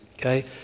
Okay